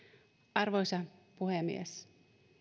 arvoisa puhemies